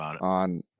on